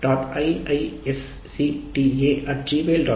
iisctagmail